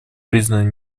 признаны